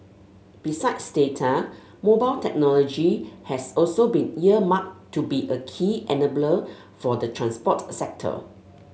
besides data mobile technology has also been earmarked to be a key enabler for the transport sector